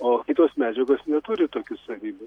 o kitos medžiagos neturi tokių savybių